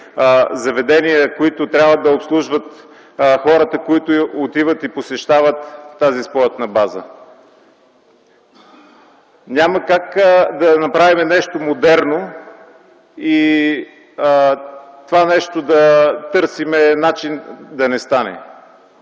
заведения, които трябва да обслужват хората, които отиват и посещават тази спортна база. Няма как да направим нещо модерно и да търсим начин това нещо да не